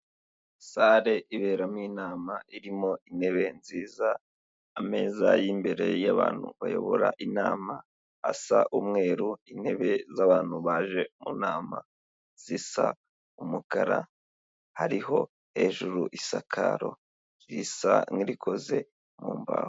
Sare iberamo inama irimo intebe nziza, ameza y'imbere y'abantu bayobora inama, asa umweru, intebe z'abantu baje mu nama zisa umukara, hariho hejuru isakaro risa nk'irikoze mu mbaho.